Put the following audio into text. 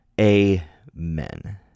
Amen